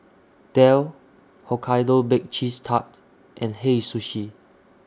Dell Hokkaido Baked Cheese Tart and Hei Sushi